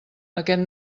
aquest